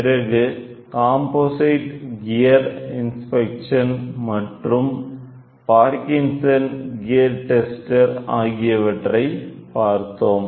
பிறகு composite gear inspection மற்றும் Parkinson gear tester ஆகியவற்றை பார்த்தோம்